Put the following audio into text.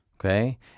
Okay